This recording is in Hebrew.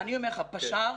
אני אומר לך, פש"ר